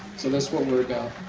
so that's what we're about.